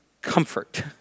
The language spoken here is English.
Comfort